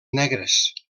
negres